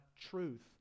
truth